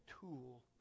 tool